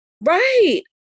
Right